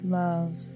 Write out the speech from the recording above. love